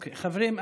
חברים,